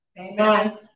Amen